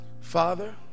Father